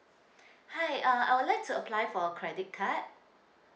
hi uh I would like to apply for a credit card